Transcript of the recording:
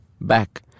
back